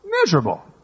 Miserable